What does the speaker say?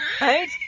Right